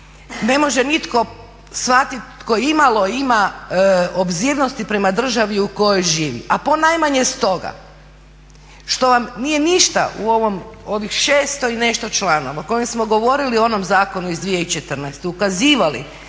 ne može nitko shvatiti tko imalo ima obzirnosti prema državi u kojoj živi, a ponajmanje stoga što vam nije ništa u ovih 600 i nešto članova o kojim smo govorili u onom zakonu iz 2014., ukazivali